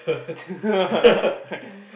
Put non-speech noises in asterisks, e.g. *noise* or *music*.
*laughs*